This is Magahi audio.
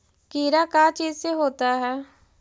कीड़ा का चीज से होता है?